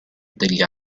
degli